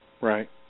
Right